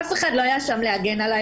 אף אחד לא היה שם להגן עליי.